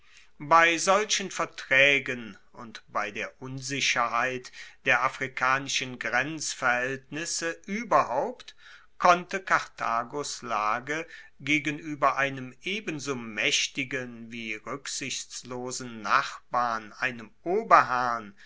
bei solchen vertraegen und bei der unsicherheit der afrikanischen grenzverhaeltnisse ueberhaupt konnte karthagos lage gegenueber einem ebenso maechtigen wie ruecksichtslosen nachbarn einem oberherrn